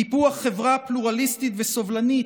טיפוח חברה פלורליסטית וסובלנית,